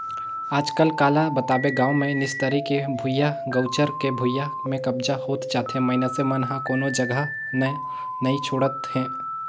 आजकल काला बताबे गाँव मे निस्तारी के भुइयां, गउचर के भुइयां में कब्जा होत जाथे मइनसे मन ह कोनो जघा न नइ छोड़त हे